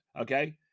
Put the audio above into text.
okay